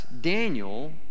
Daniel